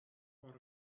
por